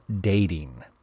dating